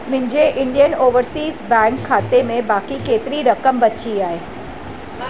मुंहिंजे Indian overseas bank ख़ाते में बाक़ी केतिरी रक़म बची आहे